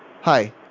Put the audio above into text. Hi